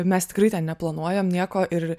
mes tikrai ten neplanuojam nieko ir